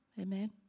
Amen